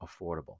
affordable